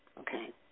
Okay